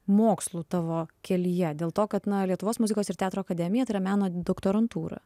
mokslų tavo kelyje dėl to kad na lietuvos muzikos ir teatro akademija tai yra meno doktorantūra